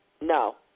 No